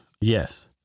Yes